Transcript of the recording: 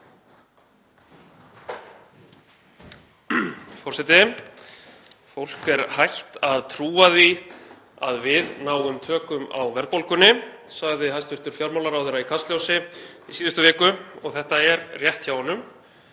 Forseti. Fólk er hætt að trúa því að við náum tökum á verðbólgunni, sagði hæstv. fjármálaráðherra í Kastljósi í síðustu viku og þetta er rétt hjá honum.